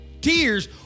tears